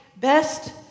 best